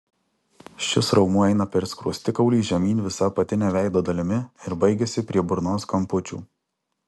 šis raumuo eina per skruostikaulį žemyn visa apatine veido dalimi ir baigiasi prie burnos kampučių